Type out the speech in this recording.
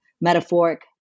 metaphoric